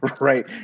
right